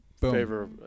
favor